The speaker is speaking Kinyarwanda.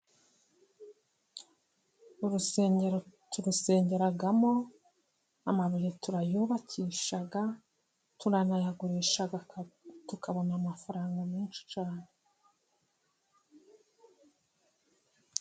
Urusengero turusengeramo, amabuye turayubakisha, turanayagurisha tukabona amafaranga menshi cyane.